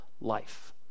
life